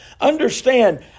Understand